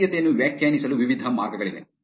ಕೇಂದ್ರೀಯತೆಯನ್ನು ವ್ಯಾಖ್ಯಾನಿಸಲು ವಿವಿಧ ಮಾರ್ಗಗಳಿವೆ